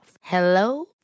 Hello